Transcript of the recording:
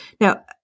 Now